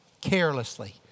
carelessly